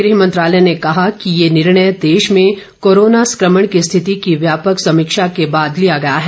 गृह मंत्रालय ने कहा कि यह निर्णय देश में कोरोना संक्रमण की स्थिति की व्यापक समीक्षा के बाद लिया गया है